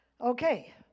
Okay